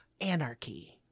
Anarchy